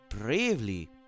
bravely